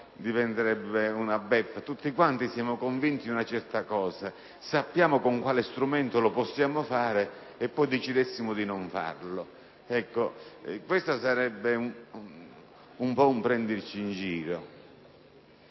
Diventerebbe una beffa: siamo tutti convinti di una certa cosa, sappiamo con quale strumento possiamo farla e poi decidiamo di non farla. Questo sarebbe un po' prenderci in giro.